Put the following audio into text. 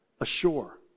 ashore